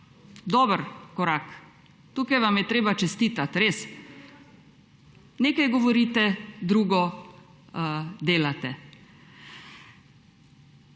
dober korak! Tukaj vam je treba čestitati, res. Nekaj govorite, drugo delate.